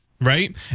Right